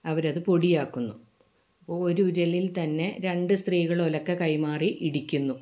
അവർ അത് പൊടിയാക്കുന്നു അപ്പോൾ ഒരു ഉരലിൽ തന്നെ രണ്ട് സ്ത്രീകൾ ഉലക്ക കൈമാറി ഇടിക്കുന്നു